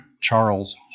Charles